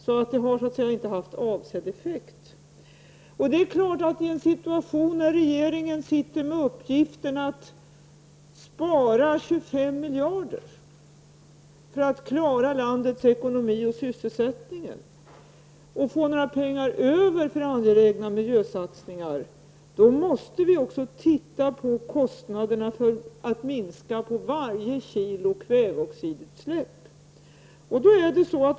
Det här har alltså inte fått avsedd effekt. I en situation, där regeringen har i uppgift att spara 25 miljarder för att klara landets ekonomi och sysselsättning och där regeringen samtidigt måste se till att det blir pengar över för angelägna miljösatsningar, måste vi naturligtvis också titta på kostnaderna avseende minskningen av varje kilo kväveoxidutsläpp.